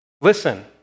Listen